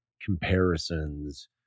comparisons